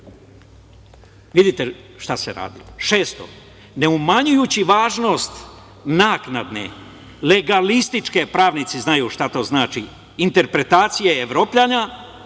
Vidite šta se radi. Šesto – ne umanjujući važnost naknadne legalističke, pravnici znaju šta to znači, interpretacije Evropljana